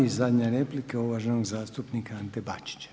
I zadnja replika uvaženog zastupnika Ante Bačića.